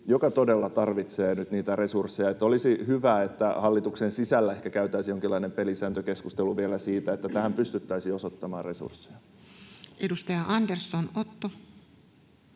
joka todella tarvitsee nyt niitä resursseja. Olisi hyvä, että hallituksen sisällä ehkä käytäisiin jonkinlainen pelisääntökeskustelu vielä siitä, että tähän pystyttäisiin osoittamaan resursseja. Edustaja Andersson, Otto.